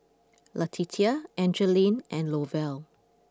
Letitia Angeline and Lovell